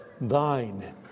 thine